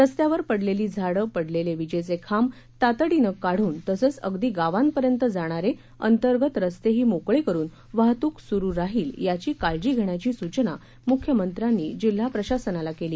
रस्त्यावर पडलेली झाडे पडलेले विजेचे खांब तातडीनं काढून तसेच अगदी गावांपर्यंत जाणारे अंतर्गत रस्तेही मोकळे करून वाहतूक सुरु राहील याची काळजी घेण्याची सूचना मुख्यमंत्र्यांनी जिल्हा प्रशासनाला केल्या